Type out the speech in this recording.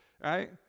right